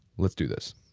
let's do this